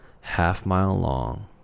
half-mile-long